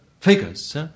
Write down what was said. figures